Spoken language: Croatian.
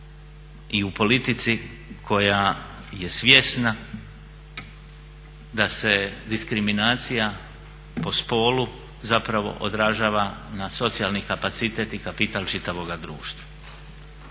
i u politici koja je svjesna, da se diskriminacija po spolu zapravo odražava na socijalni kapacitet i kapital čitavoga društva.